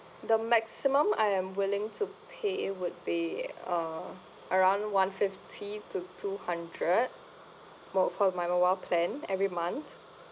the maximum I am willing to pay would be uh around one fifty to two hundred mo~ for my mobile plan every month